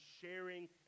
sharing